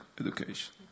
education